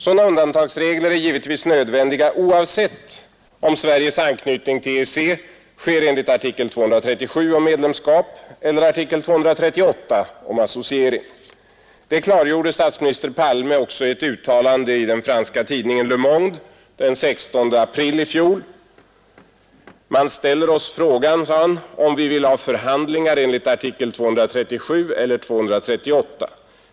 Sådana undantagsregler är givetvis nödvändiga oavsett om Sveriges anknytning till EEC sker enligt artikel 237 om medlemskap eller artikel 238 om associering. Det klargjorde statsminister Palme också i ett uttalande i den franska tidningen Le Monde den 16 april i fjol: ”Man ställer oss frågan om vi vill ha förhandlingar enligt artikel 237 eller 238.